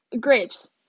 Grapes